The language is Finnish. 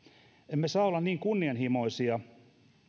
emme saa olla niin kunnianhimoisia